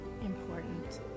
important